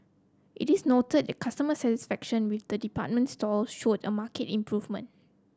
it is noted that customer satisfaction with the department stores showed a market improvement